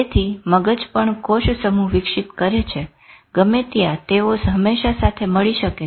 તેથી મગજ પણ કોષ સમૂહ વિકસિત કરે છે ગમે ત્યાં તેઓ હંમેશા સાથે મળી શકે છે